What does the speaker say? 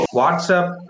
WhatsApp